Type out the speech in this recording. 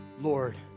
Lord